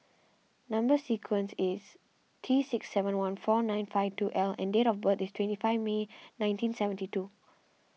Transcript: Number Sequence is T sex seven one four nine five two L and date of birth is twenty five May nineteen seventy two